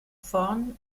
vorn